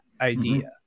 idea